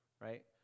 right